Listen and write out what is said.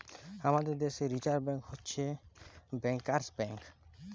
আমাদের দ্যাশে reserve bank হছে ব্যাংকার্স ব্যাংক